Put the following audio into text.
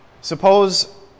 Suppose